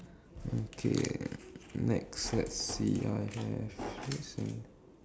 okay next let's see I have this and